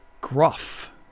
gruff